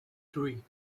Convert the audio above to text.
three